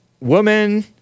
woman